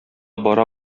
бара